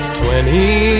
twenty